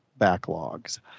backlogs